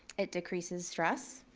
it decreases stress.